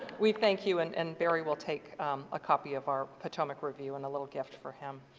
we thank you and and barrie will take a copy of our potomac review and a little gift for him.